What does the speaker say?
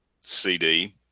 CD